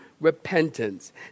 repentance